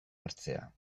hartzea